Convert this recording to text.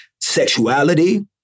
sexuality